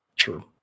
True